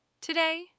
Today